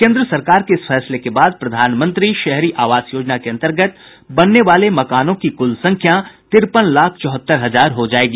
केन्द्र सरकार के इस फैसले के बाद प्रधानमंत्री शहरी आवास योजना के अंतर्गत बनने वालों मकानों की कुल संख्या तिरपन लाख चौहत्तर हजार हो जाएगी